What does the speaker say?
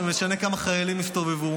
בדיוק.